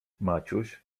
maciuś